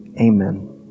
Amen